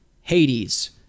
Hades